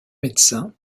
médecin